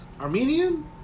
Armenian